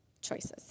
choices